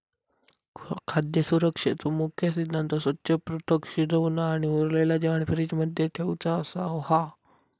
खाद्य सुरक्षेचो मुख्य सिद्धांत स्वच्छ, पृथक, शिजवना आणि उरलेला जेवाण फ्रिज मध्ये ठेउचा असो हा